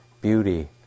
beauty